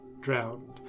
drowned